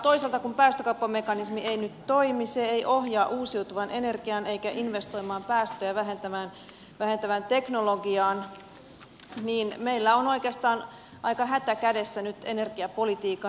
toisaalta kun päästökauppamekanismi ei nyt toimi se ei ohjaa uusiutuvaan energiaan eikä investoimaan päästöjä vähentävään teknologiaan niin meillä on oikeastaan aika hätä kädessä nyt energiapolitiikan suhteen